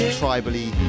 tribally